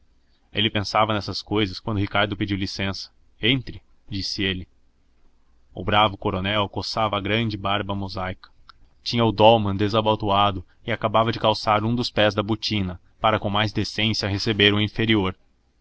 ele pensava nessas cousas quando ricardo pediu licença entre disse ele o bravo coronel coçava a grande barba mosaica tinha o dólmã desabotoado e acabava de calçar um dos pés de botina para com mais decência receber o inferior